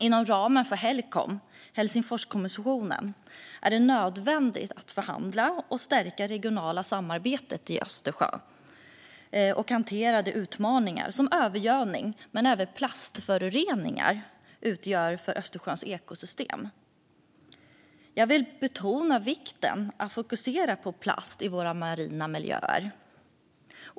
Inom ramen för Helcom, Helsingforskommissionen, är det nödvändigt att förhandla och stärka det regionala samarbetet i Östersjöregionen samt att hantera de utmaningar som övergödning och plastföroreningar utgör för Östersjöns ekosystem. Jag vill betona vikten av att fokusera på plast i våra marina miljöer.